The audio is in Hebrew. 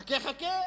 חכה, חכה,